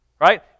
right